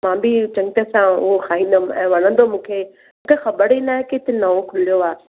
मां बि इहो तरह सां उहो खाईंदमि ऐं वणंदो मूंखे मूंखे त ख़बर ई न आहे कि हिते नओ खुलियो आहे